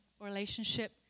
Relationship